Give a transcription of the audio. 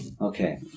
Okay